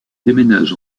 déménage